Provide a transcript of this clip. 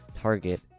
target